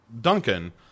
Duncan